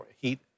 heat